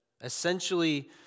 Essentially